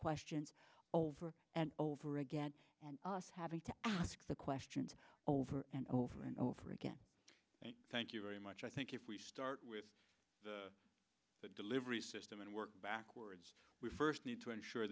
questions over and over again having to ask the questions over and over and over again thank you very much i think if we start with the delivery system and work backwards we first need to ensure